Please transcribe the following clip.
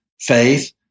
faith